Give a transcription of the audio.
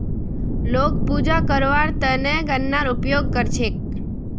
लोग पूजा करवार त न गननार उपयोग कर छेक